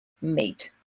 mate